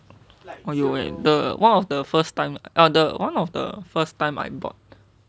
我有 eh the one of the first time under one of the first time I bought